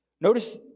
Notice